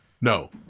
No